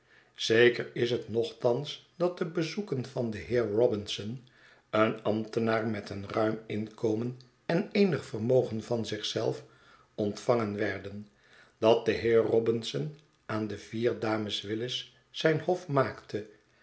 zeker is het nochtans dat de bezoeken van den heer robinson een ambtenaar met een ruim inkomen en eenig vermogen van zich zelf ontvangen werden dat de heer robinson aan de vier dames willis zijn hof maakte